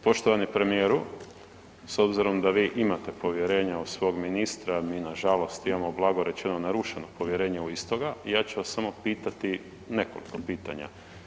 Poštovani premijeru s obzirom da vi imate povjerenja u svog ministra, a mi nažalost imamo blago rečeno narušeno povjerenje u istoga ja ću vas samo pitati nekoliko pitanja.